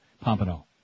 Pompano